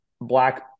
Black